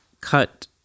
cut